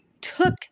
took